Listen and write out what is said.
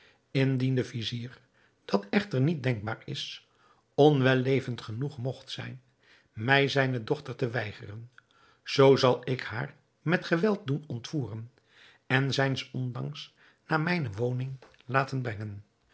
de vizier dat echter niet denkbaar is onwellevend genoeg mogt zijn mij zijne dochter te weigeren zoo zal ik haar met geweld doen ontvoeren en zijns ondanks naar mijne woning laten brengen